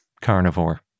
carnivore